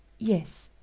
yes.